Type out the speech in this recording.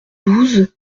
douze